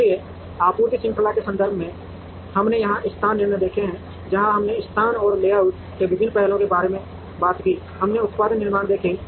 इसलिए आपूर्ति श्रृंखला के संदर्भ में हमने यहां स्थान निर्णय देखे हैं जहां हमने स्थान और लेआउट के विभिन्न पहलुओं के बारे में बात की हमने उत्पादन निर्णय देखे